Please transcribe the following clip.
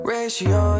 Ratio